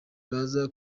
baza